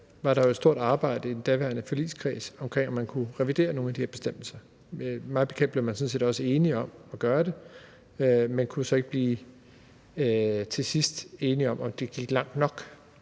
var der et stort arbejde i den daværende forligskreds med at se, om man kunne revidere nogle af de her bestemmelser. Mig bekendt blev man sådan set også enige om at gøre det, men man kunne så til sidst ikke blive enige om, om det gik langt nok.